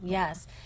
Yes